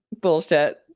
Bullshit